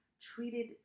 treated